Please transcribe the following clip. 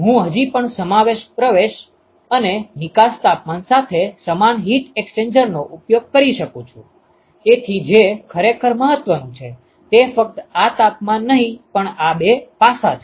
હું હજી પણ સમાન પ્રવેશ પ્રારંભિક અને નિકાસતાપમાન સાથે સમાન હીટ એક્સ્ચેન્જરનો ઉપયોગ કરી શકું છું તેથી જે ખરેખર મહત્વનું છે તે ફક્ત આ તાપમાન નહીં પણ આ બે પાસાં છે